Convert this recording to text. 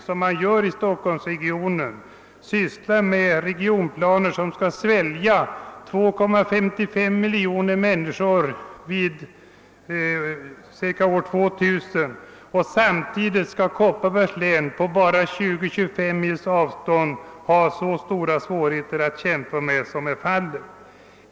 att man för Stockholmsområ det arbetar med regionplaner, som skall omfatta 2,55 miljoner invånare omkring år 2 000, medan Kopparbergs län, som ligger på bara 20—25 mils avstånd, skall ha så stora svårigheter att kämpa med som nu är fallet.